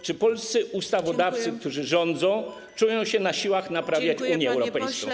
czy polscy ustawodawcy, którzy rządzą, czują się na siłach naprawiać Unię Europejską?